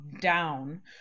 down